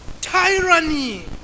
tyranny